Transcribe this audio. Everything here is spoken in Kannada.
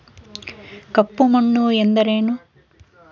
ಕಪ್ಪು ಮಣ್ಣು ಎಂದರೇನು?